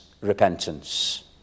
repentance